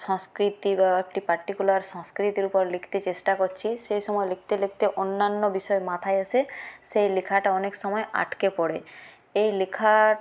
সংস্কৃতি বা একটি পার্টিকুলার সংস্কৃতির উপর লিখতে চেষ্টা করছি সেই সময় লিখতে লিখতে অন্যান্য বিষয় মাথায় এসে সেই লেখাটা অনেক সময় আটকে পড়ে এই লেখার